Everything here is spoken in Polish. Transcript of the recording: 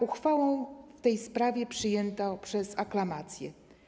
Uchwałę w tej sprawie podjęto przez aklamację.